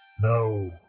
No